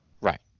Right